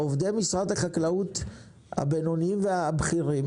עובדי משרד החקלאות הבינוניים והבכירים